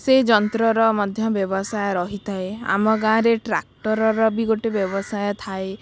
ସେଇ ଯନ୍ତ୍ରର ମଧ୍ୟ ବ୍ୟବସାୟ ରହିଥାଏ ଆମ ଗାଁରେ ଟ୍ରାକ୍ଟର୍ର ବି ଗୋଟେ ବ୍ୟବସାୟ ଥାଏ